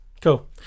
Cool